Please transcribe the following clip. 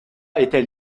était